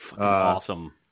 Awesome